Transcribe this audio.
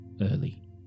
early